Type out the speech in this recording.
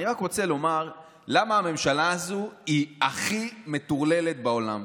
אני רק רוצה לומר למה הממשלה הזאת הכי מטורללת בעולם.